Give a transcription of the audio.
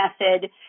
method